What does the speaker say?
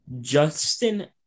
Justin